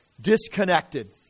Disconnected